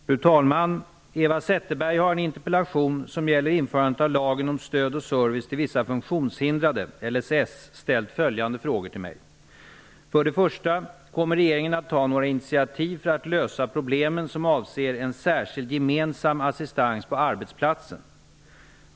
Fru talman! Eva Zetterberg har i en interpellation som gäller införandet av lagen om stöd och service till vissa funktionshindrade, LSS, ställt följande frågor till mig: För det första: Kommer regeringen att ta några initiativ för att lösa problemen som avser en särskild gemensam assistans på arbetsplatsen?